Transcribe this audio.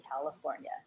California